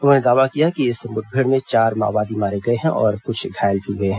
उन्होंने दावा किया है कि इस मुठभेड़ में चार माओवादी मारे गए हैं और कुछ घायल भी हुए हैं